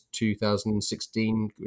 2016